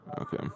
okay